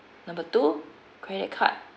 number two credit card